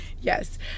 yes